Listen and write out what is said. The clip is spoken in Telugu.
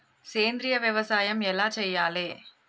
సేంద్రీయ వ్యవసాయం ఎలా చెయ్యాలే?